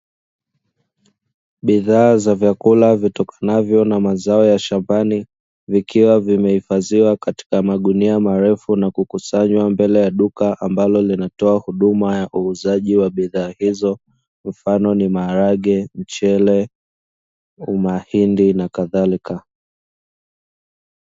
Bidhaa za vyakula vitokanavyo na mazao ya shambani vikiwa vimehifadhiwa katika magunia marefu na kukusanywa mbele ya duka ambalo linatoa huduma ya uuzaji wa bidhaa hizo, mfano ni maharage, mchele, mahindi nakadhalika.